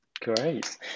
Great